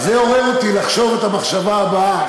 אז זה עורר אותי לחשוב את המחשבה הבאה,